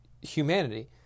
humanity